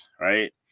right